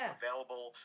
available